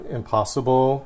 impossible